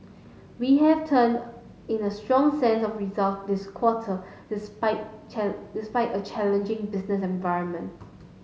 we have turned in a strong set of results this quarter despite despite a challenging business environment